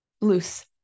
loose